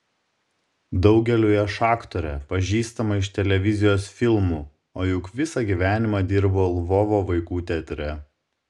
daugeliui aš aktorė pažįstama iš televizijos filmų o juk visą gyvenimą dirbau lvovo vaikų teatre